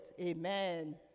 Amen